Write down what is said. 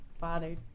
bothered